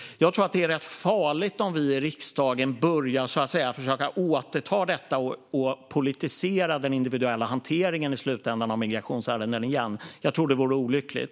Jag tror att det är rätt farligt om vi i riksdagen börjar försöka återta detta och politisera den individuella hanteringen i slutändan av migrationsärenden igen. Jag tror det vore olyckligt.